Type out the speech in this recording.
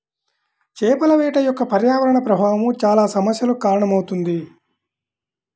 చేపల వేట యొక్క పర్యావరణ ప్రభావం చాలా సమస్యలకు కారణమవుతుంది